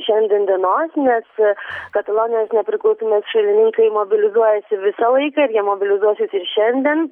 šiandien dienos nes katalonijos nepriklausomybės šalininkai mobilizuojasi visą laiką jie mobilizuosis ir šiandien